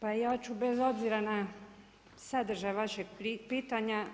Pa ja ću bez obzira na sadržaj vašeg pitanja